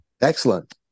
excellent